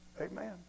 Amen